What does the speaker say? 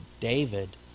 David